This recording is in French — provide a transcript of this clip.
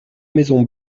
maisons